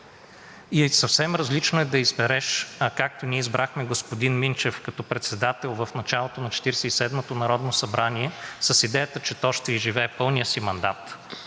и съвсем различно е да избереш, както ние избрахме господин Минчев като председател в началото на Четиридесет и седмото народно събрание с идеята, че то ще изживее пълния си мандат.